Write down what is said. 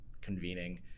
convening